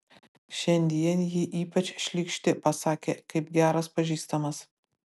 šiandien ji ypač šlykšti pasakė kaip geras pažįstamas